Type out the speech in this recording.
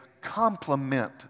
complement